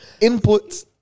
Input